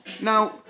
Now